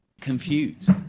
confused